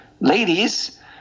Ladies